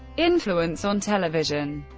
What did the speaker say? influence on television